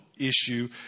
issue